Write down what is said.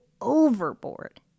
overboard